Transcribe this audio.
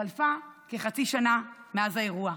חלפה כחצי שנה מאז האירוע.